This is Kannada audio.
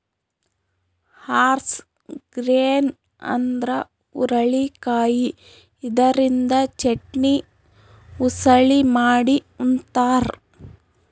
ಹಾರ್ಸ್ ಗ್ರೇನ್ ಅಂದ್ರ ಹುರಳಿಕಾಯಿ ಇದರಿಂದ ಚಟ್ನಿ, ಉಸಳಿ ಮಾಡಿ ಉಂತಾರ್